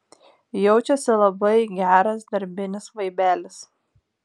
jaučiasi labai geras darbinis vaibelis